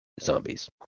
zombies